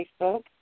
Facebook